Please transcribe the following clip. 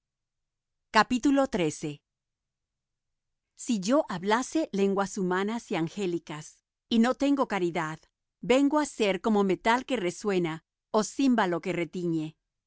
excelente si yo hablase lenguas humanas y angélicas y no tengo caridad vengo á ser como metal que resuena ó címbalo que retiñe